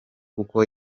kuko